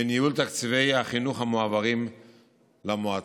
בניהול תקציבי החינוך המועברים למועצה,